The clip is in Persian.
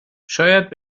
شاید